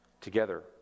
together